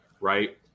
right